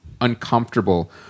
uncomfortable